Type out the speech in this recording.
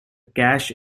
cache